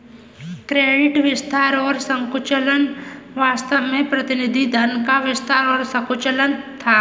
credit विस्तार और संकुचन वास्तव में प्रतिनिधि धन का विस्तार और संकुचन था